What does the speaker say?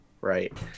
right